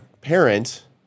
parent